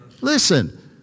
Listen